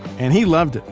and he loved it.